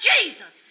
Jesus